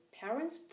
parents